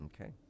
Okay